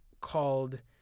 called